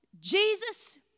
Jesus